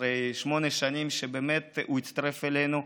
אחרי שמונה שנים שהוא הצטרף אלינו.